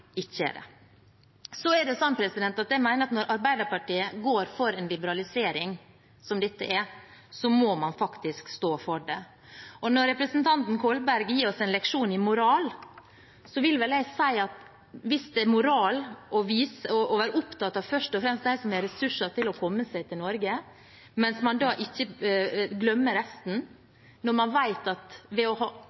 ikke er det. Jeg mener at når Arbeiderpartiet går for en liberalisering, som dette er, må man faktisk stå for det. Og når representanten Kolberg gir oss en leksjon i moral, vil vel jeg spørre om det er moral først og fremst å være opptatt av dem som har ressurser til å komme seg til Norge, mens man da glemmer resten, og når man vet at ved å